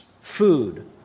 Food